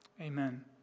Amen